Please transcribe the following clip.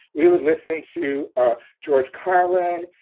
we were listening to george carlin.